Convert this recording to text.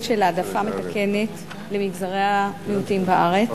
של העדפה מתקנת למגזרי המיעוטים בארץ,